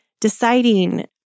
deciding